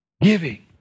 giving